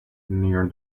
near